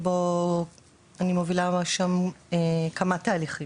אני מובילה שם כמה תהליכים.